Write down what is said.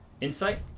insight